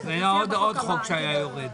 את הישיבה.